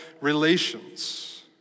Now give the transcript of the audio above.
relations